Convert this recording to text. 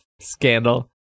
scandal